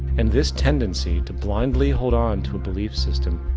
and this tendency to blindly hold on to a belief system,